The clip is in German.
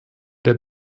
der